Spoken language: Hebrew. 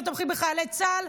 לא תומכים בחיילי צה"ל,